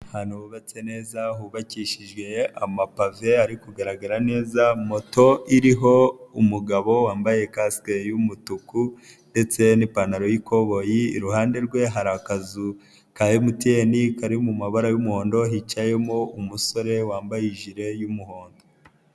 Ahantu hubatse neza hubakishijwe amapave hari kugaragara neza, moto iriho umugabo wambaye kasike y'umutuku ndetse n'ipantaro y'ikoboyi, iruhande rwe hari akazu ka MTN kari mu mabara y'umuhondo hicayemo umusore wambaye ijile y'umuhondo.